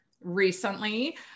recently